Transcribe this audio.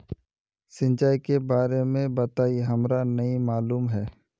सिंचाई के बारे में बताई हमरा नय मालूम है?